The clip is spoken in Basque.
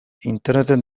interneten